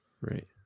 Right